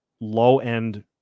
low-end